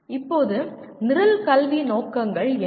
இப்போது நிரல் கல்வி நோக்கங்கள் என்ன